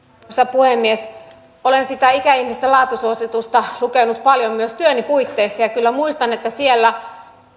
puhemies olen sitä ikäihmisten laatusuositusta lukenut paljon myös työni puitteissa ja kyllä muistan että siellä